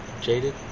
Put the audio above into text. jaded